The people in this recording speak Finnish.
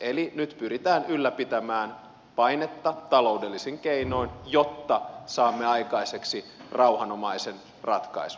eli nyt pyritään ylläpitämään painetta taloudellisin keinoin jotta saamme aikaiseksi rauhanomaisen ratkaisun